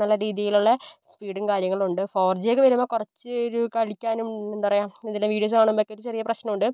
നല്ല രീതിയിലുള്ള സ്പീഡും കാര്യങ്ങളും ഉണ്ട് ഫോർജി ഒക്കെ വരുമ്പോൾ കുറച്ച് ഒരു കളിക്കാനും എന്താ പറയുക ഇതില് വീഡിയോസ് കാണുമ്പോൾ ഒക്കെ ചെറിയ ഒര് പ്രശ്നമുണ്ട്